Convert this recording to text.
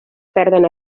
perden